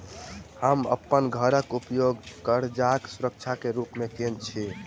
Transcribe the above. हम अप्पन घरक उपयोग करजाक सुरक्षा रूप मेँ केने छी